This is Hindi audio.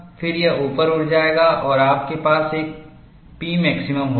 फिर यह ऊपर उठ जाएगा और आपके पास एक Pmaximum होगा